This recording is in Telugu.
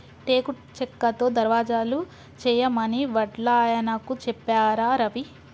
టేకు చెక్కతో దర్వాజలు చేయమని వడ్లాయనకు చెప్పారా రవి